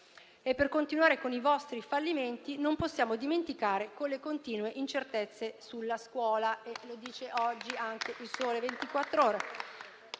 per continuare con i vostri fallimenti, non possiamo dimenticare le continue incertezze sulla scuola